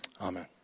Amen